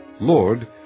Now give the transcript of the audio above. Lord